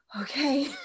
okay